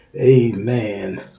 Amen